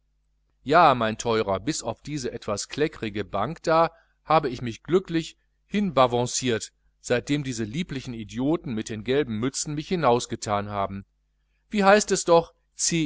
ja mein teurer bis auf diese etwas kleckerige bank da habe ich mich glücklich hinabavanciert seitdem diese lieblichen idioten mit den gelben mützen mich hinausgethan haben wie heißt es doch